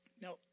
Now